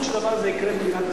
אסור שהדבר הזה יקרה בישראל.